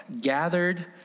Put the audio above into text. gathered